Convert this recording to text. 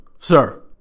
sir